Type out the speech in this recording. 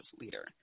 leader